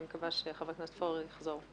אני מקווה שחבר הכנסת פורר יחזור.